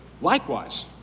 likewise